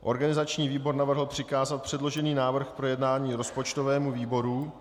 Organizační výbor navrhl přikázat předložený návrh k projednání rozpočtovému výboru.